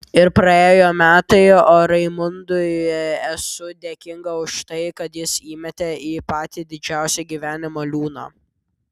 ir praėjo metai o raimundui esu dėkinga už tai kad jis įmetė į patį didžiausią gyvenimo liūną